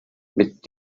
mit